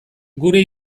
gure